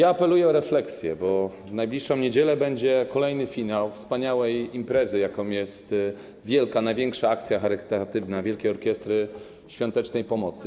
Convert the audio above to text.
Apeluję o refleksję, bo w najbliższą niedzielę będzie kolejny finał wspaniałej imprezy, jaką jest wielka, największa akcja charytatywna Wielkiej Orkiestry Świątecznej Pomocy.